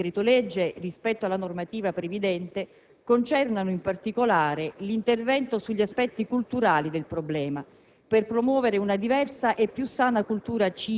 Gli aspetti più innovativi del decreto-legge rispetto alla normativa previgente concernono in particolare l'intervento sugli aspetti culturali del problema